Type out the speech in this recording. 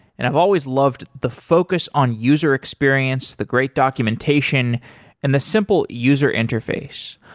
and i've always loved the focus on user experience, the great documentation and the simple user interface.